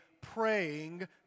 praying